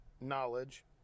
knowledge